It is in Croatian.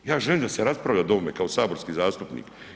Ja želim da se raspravlja o ovome kao saborski zastupnik.